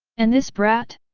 and this brat?